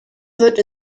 wird